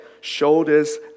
shoulders